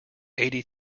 eighty